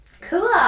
Cool